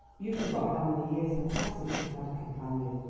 you forget how many years have passed since he had a companion.